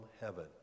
heaven